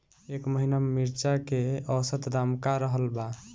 एह महीना मिर्चा के औसत दाम का रहल बा?